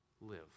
live